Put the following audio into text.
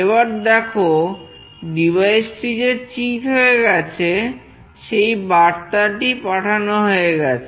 এবার দেখো ডিভাইসটি যে চিৎ হয়ে গেছে সেই বার্তাটি পাঠানো হয়ে গেছে